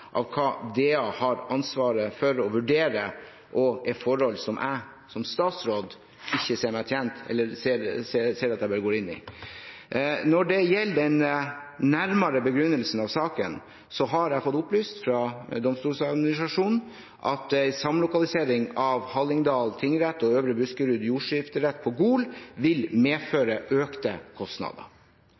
av hva DA har ansvaret for å vurdere, og er forhold som jeg som statsråd ikke ser at jeg bør gå inn i. Når det gjelder den nærmere begrunnelsen av saken, har jeg fått opplyst fra DA at en samlokalisering av Hallingdal tingrett og Øvre Buskerud jordskifterett på Gol vil medføre økte kostnader.